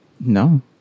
No